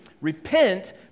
Repent